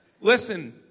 listen